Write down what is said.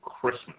Christmas